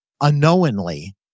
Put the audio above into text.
unknowingly